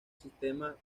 sistema